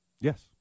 Yes